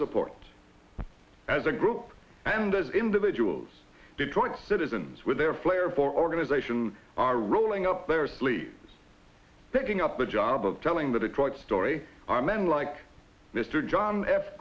support as a group and as individuals detroit citizens with their flair for organization are rolling up their sleeves picking up the job of telling the detroit story our man like mr john f